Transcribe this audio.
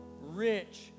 rich